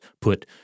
put